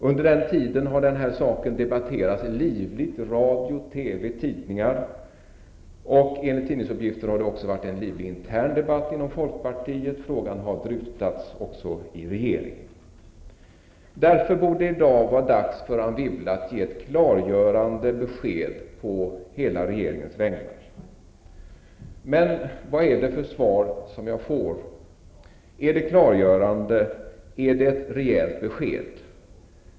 Under den tiden har denna sak debatterats livligt i radio, TV och tidningar. Enligt tidningsuppgifter har det också varit en livlig intern debatt inom folkpartiet. Frågan har dryftats även i regeringen. Därför borde det i dag vara dags för Anne Wibble att ge ett klargörande besked på hela regeringens vägnar. Men vad är det för svar som jag får? Är det klargörande? Är det ett rejält besked?